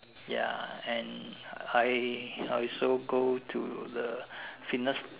ya and I also go to the fitness